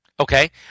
Okay